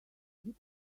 did